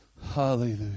Hallelujah